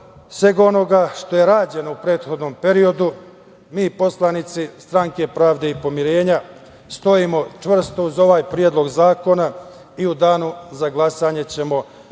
svega onoga što je rađeno u prethodnom periodu, mi poslanici Stranke pravde i pomirenja stojimo čvrsto uz ovaj Predlog zakona i u danu za glasanje ćemo potvrditi